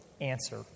answer